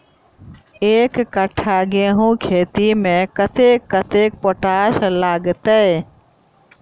एक कट्ठा गेंहूँ खेती मे कतेक कतेक पोटाश लागतै?